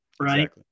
right